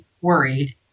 worried